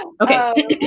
okay